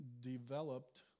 developed